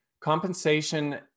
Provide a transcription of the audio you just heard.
compensation